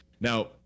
Now